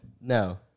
No